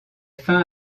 fin